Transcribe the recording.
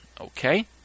Okay